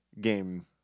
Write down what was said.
game